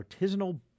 artisanal